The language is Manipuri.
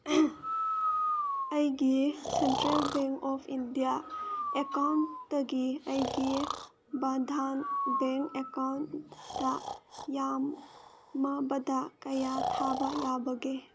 ꯑꯩꯒꯤ ꯁꯦꯟꯇ꯭ꯔꯦꯜ ꯕꯦꯡ ꯑꯣꯐ ꯏꯟꯗꯤꯌꯥ ꯑꯦꯀꯥꯎꯟꯇꯒꯤ ꯑꯩꯒꯤ ꯕꯙꯥꯟ ꯕꯦꯡ ꯑꯦꯀꯥꯎꯟꯇ ꯌꯥꯝꯃꯕꯗ ꯀꯌꯥ ꯊꯥꯕ ꯌꯥꯕꯒꯦ